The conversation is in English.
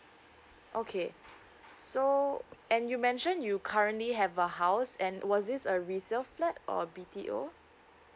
okay so and you mention you currently have a house and was this a resale flat or B_T_O